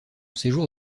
séjour